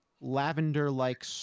lavender-like